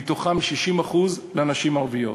60% מהם לנשים הערביות.